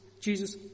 Jesus